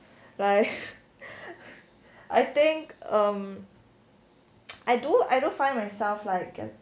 like I think um I do I do find myself like